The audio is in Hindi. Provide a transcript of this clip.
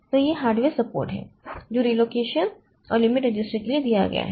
तो यह हार्डवेयर सपोर्ट है जो रिलोकेशन और लिमिट रजिस्टर के लिए दिया गया है